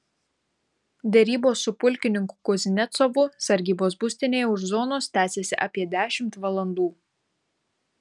derybos su pulkininku kuznecovu sargybos būstinėje už zonos tęsėsi apie dešimt valandų